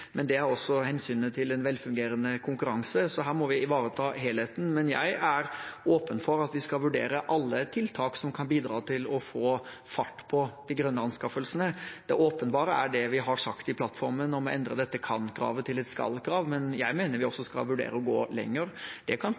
men det er også hensynet til en velfungerende konkurranse, så her må vi ivareta helheten. Men jeg er åpen for at vi skal vurdere alle tiltak som kan bidra til å få fart på de grønne anskaffelsene. Det åpenbare er det vi har sagt i plattformen om å endre dette kan-kravet til et skal-krav, men jeg mener vi også skal vurdere å gå lenger. Det kan